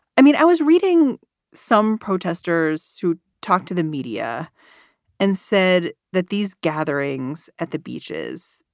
i mean, i was reading some protesters who talked to the media and said that these gatherings at the beaches,